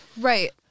right